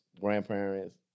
grandparents